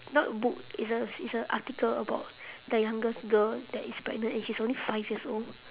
not book it's a it's a article about the youngest girl that is pregnant and she's only five years old